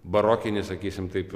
barokinį sakysim taip